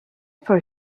for